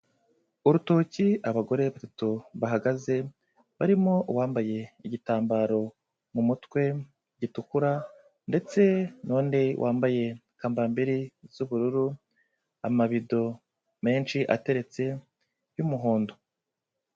Urutoki abagore batatu bahagaze barimo uwambaye igitambaro mu mutwe gitukura ndetse nade wambaye kambambiri z'bururu, amabido menshi ateretse y'umuhondo.